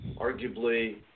arguably